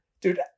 Dude